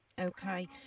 okay